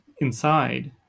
inside